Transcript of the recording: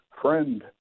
friend